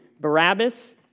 Barabbas